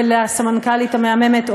ולסמנכ"לית המהממת,